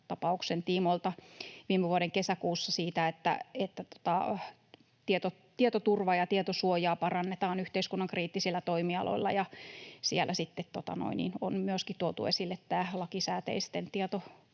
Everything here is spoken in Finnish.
Vastaamo-tapauksen tiimoilta viime vuoden kesäkuussa siitä, että tietoturvaa ja tietosuojaa parannetaan yhteiskunnan kriittisillä toimialoilla, ja siellä sitten on myöskin tuotu esille lakisääteisten